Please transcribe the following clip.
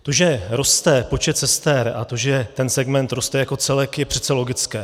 To, že roste počet sester, a to, že segment roste jako celek, je přece logické.